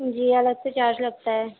جی الگ سے چارج لگتا ہے